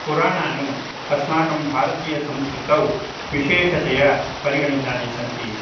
पुराणानि अस्माकं भारतीयसंस्कृतौ विशेषतया परिगणितानि सन्ति